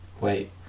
wait